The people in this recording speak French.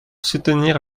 soutenir